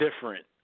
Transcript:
different